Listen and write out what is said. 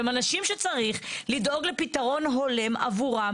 הם אנשים שצריך לדאוג לפתרון הולם עבורם